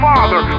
Father